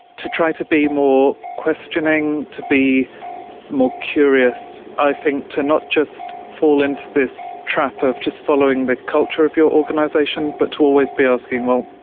to try to be more questioning, to be more curious, i think to not just fall into this trap of just following the culture of your organisation but to always be asking, well,